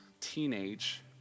teenage